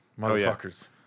motherfuckers